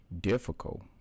difficult